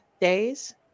days